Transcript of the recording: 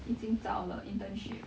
已经找了 internship